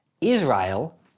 Israel